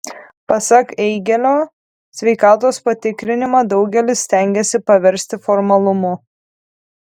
pasak eigėlio sveikatos patikrinimą daugelis stengiasi paversti formalumu